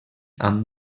amb